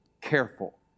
careful